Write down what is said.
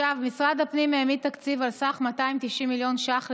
משרד הפנים העמיד תקציב על סך 290 מיליון שקל